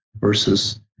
versus